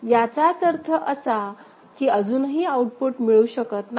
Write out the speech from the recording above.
याचाच अर्थ असा की अजूनही आऊटपुट मिळू शकत नाही